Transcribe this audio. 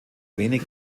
wenig